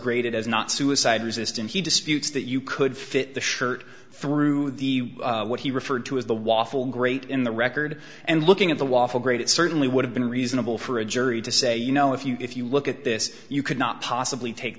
as not suicide resistant he disputes that you could fit the shirt through the what he referred to as the waffle great in the record and looking at the waffle grade it certainly would have been reasonable for a jury to say you know if you if you look at this you could not possibly take